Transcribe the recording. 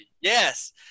Yes